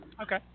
Okay